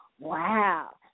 Wow